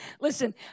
Listen